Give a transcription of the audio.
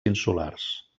insulars